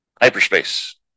hyperspace